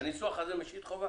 הניסוח הזה משית חובה?